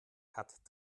hat